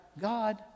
God